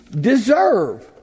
deserve